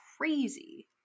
crazy